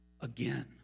again